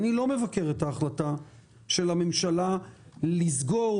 אני לא מבקר את ההחלטה של הממשלה לסגור